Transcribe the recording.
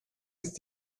ist